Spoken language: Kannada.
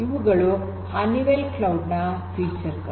ಇವುಗಳು ಹನಿವೆಲ್ ಕ್ಲೌಡ್ ನ ಫೀಚರ್ ಗಳು